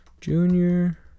Junior